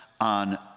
on